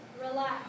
relax